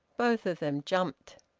both of them jumped.